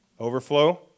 Overflow